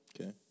Okay